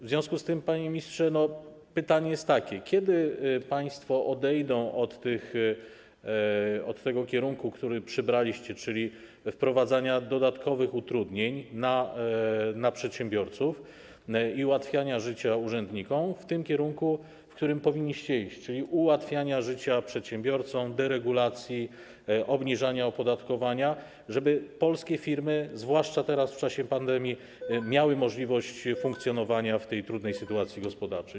W związku z tym, panie ministrze, pytanie jest takie: Kiedy państwo zrezygnujecie z kierunku, który obraliście, czyli wprowadzania dodatkowych utrudnień wobec przedsiębiorców i ułatwiania życia urzędnikom, i podążycie w tym kierunku, w którym powinniście iść, czyli z ułatwiania życia przedsiębiorcom, deregulacji, obniżania opodatkowania, tak żeby polskie firmy - zwłaszcza teraz, w czasie pandemii - miały możliwość funkcjonowania w tej trudnej sytuacji gospodarczej?